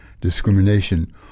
discrimination